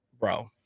bro